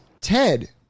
Ted